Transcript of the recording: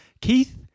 Keith